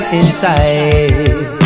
inside